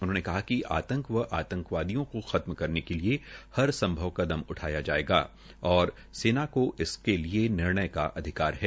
उन्होंने कहा कि आतंक व आतंकवादियों को खत्म करने के लिये हर संभव कदम उठाया जायेगा और सेना को इसके लिये निर्णय का अधिकार है